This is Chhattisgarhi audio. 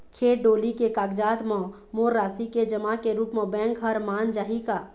खेत डोली के कागजात म मोर राशि के जमा के रूप म बैंक हर मान जाही का?